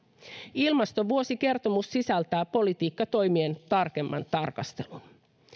ilmastovuosikertomus sisältää politiikkatoimien tarkemman tarkastelun